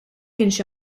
kienx